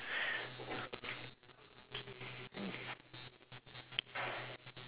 mm